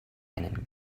einen